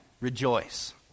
Rejoice